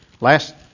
Last